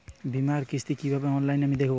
বীমার কিস্তি কিভাবে অনলাইনে আমি দেবো?